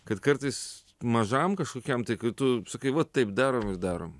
kad kartais mažam kažkokiam tai kai tu sakai va taip darom ir darom